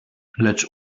lecz